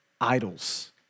idols